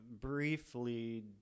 briefly